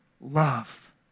love